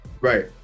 Right